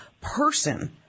person